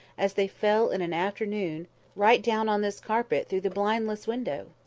as they fell in an afternoon right down on this carpet through the blindless window!